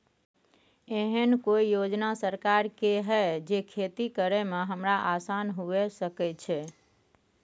एहन कौय योजना सरकार के है जै खेती करे में हमरा आसान हुए सके छै?